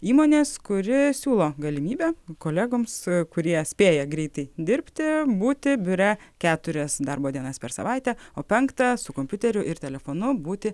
įmonės kuri siūlo galimybę kolegoms kurie spėja greitai dirbti būti biure keturias darbo dienas per savaitę o penktą su kompiuteriu ir telefonu būti